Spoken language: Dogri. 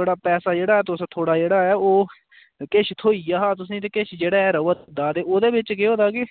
बड़ा पैसा जेह्ड़ा तुस थुआढ़ा जेह्ड़ा ओह् किश थ्होइया हा तुसें ई ते किश जेह्ड़ा ऐ र'वा दा ते ओह्दे बिच केह् होए दा कि